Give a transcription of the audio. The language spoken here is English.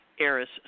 Eris